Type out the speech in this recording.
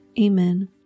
Amen